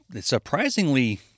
Surprisingly